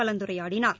கலந்துரையாடினார்